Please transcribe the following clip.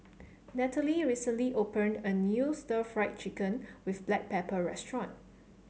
Natalie recently opened a new Stir Fried Chicken with Black Pepper restaurant